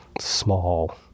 Small